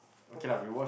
both